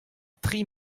tri